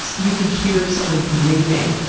you could hear someone breathing.